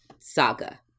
saga